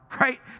right